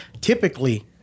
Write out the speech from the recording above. Typically